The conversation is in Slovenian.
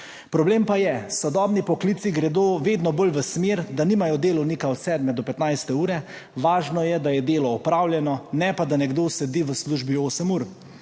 Problem pa je, sodobni poklici gredo vedno bolj v smer, da nimajo delovnika od 7. do 15. ure, važno je, da je delo opravljeno, ne pa da nekdo sedi v službi 8 ur.